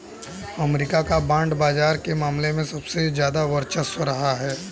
अमरीका का बांड बाजार के मामले में सबसे ज्यादा वर्चस्व रहा है